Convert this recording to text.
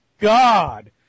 god